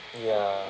ya